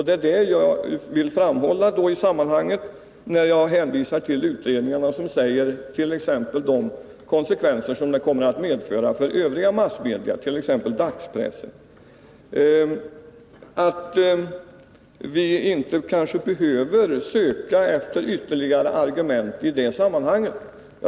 Det är det jag vill framhålla när jag hänvisar till utredningar som beträffande de konsekvenser det kommer att medföra för övriga massmedia, t.ex. dagspressen, säger att vi kanske inte behöver söka efter ytterligare argument i de sammanhangen.